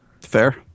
Fair